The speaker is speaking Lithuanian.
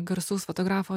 garsaus fotografo